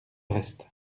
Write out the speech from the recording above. reste